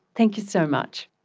thank you so much.